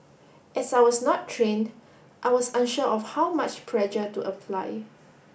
as I was not trained I was unsure of how much pressure to apply